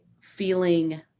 feeling